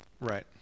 right